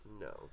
No